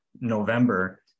November